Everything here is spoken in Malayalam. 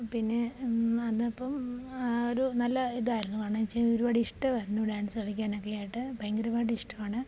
പിന്നേ അതിപ്പം ആ ഒരു നല്ല ഇതായിരുന്നു കാരണം വച്ചാൽ ഒരുപാട് ഇഷ്ടമായിരുന്നു ഡാൻസ് കളിക്കാനൊക്കെ ആയിട്ട് ഭയങ്കരമായിട്ട് ഇഷ്ടമാണ്